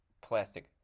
plastic